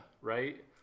right